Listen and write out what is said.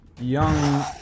young